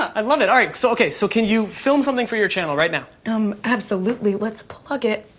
i love it. alright, so ok, so can you film something for your channel right now? um, absolutely, let's plug it.